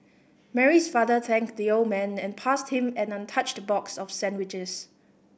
Mary's father thanked the old man and passed him an untouched box of sandwiches